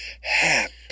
happy